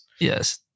Yes